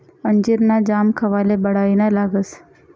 अंजीर ना जाम खावाले बढाईना लागस